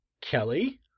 Kelly